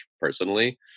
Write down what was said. personally